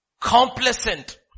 Complacent